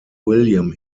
william